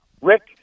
Rick